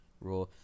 raw